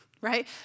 right